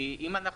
כי אם אנחנו,